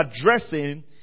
addressing